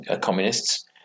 communists